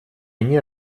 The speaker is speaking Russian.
они